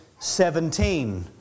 17